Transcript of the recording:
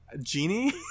genie